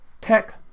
Tech